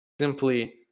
simply